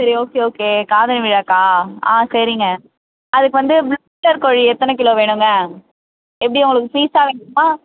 சரி okay okay காதணி விழாக்கா ஆ சரிங்க அதுக்கு வந்து கோழி எத்தனை கிலோ வேணுங்க எப்படி உங்களுக்கு பீஸ்ஸாக வேணுமா